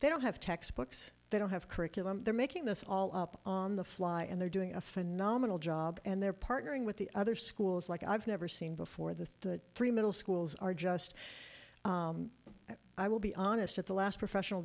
they don't have textbooks they don't have curriculum they're making this all up on the fly and they're doing a phenomenal job and they're partnering with the other schools like i've never seen before the three middle schools are just i will be honest at the last professional